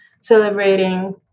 celebrating